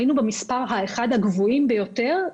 היינו באחד המספרים הגבוהים ביותר.